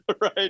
right